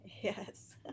Yes